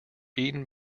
eaten